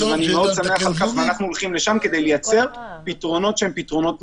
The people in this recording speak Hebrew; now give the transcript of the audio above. אני מאוד שמח על כך ואנחנו הולכים לשם כדי לייצר פתרונות ממשיים.